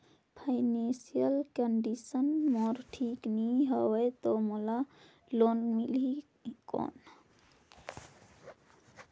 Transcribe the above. Financial condition मोर ठीक नी हवे तो मोला लोन मिल ही कौन??